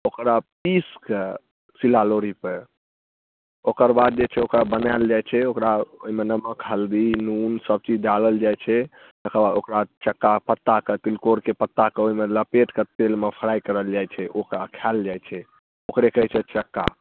ओकरा पीस कऽ सिला लोढ़ी पर ओकर बाद जे छै ओकरा बनाएल जाइत छै ओकरा ओहिमे नमक हल्दी नून सब चीज डालल जाइत छै तकर बाद ओकरा चक्का पत्ता कऽ तिलकोरके पत्ताके ओहिमे लपेट कऽ तेलमे फ्राइ करल जाइत छै ओकरा खाएल जाइत छै ओकरे कहैत छै चक्का